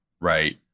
right